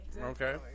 Okay